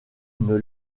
une